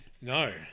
no